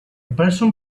person